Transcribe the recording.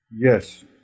Yes